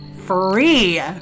free